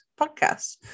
podcast